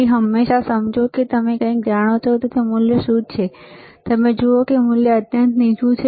તેથી હંમેશા સમજો કે તમે કંઈક જાણો છો તે મૂલ્ય શું છે જે તમે જુઓ છો તે મૂલ્ય અત્યંત નીચું છે